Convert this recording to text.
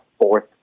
fourth